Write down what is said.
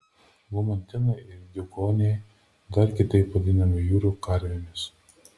lamantinai ir diugoniai dar kitaip vadinami jūrų karvėmis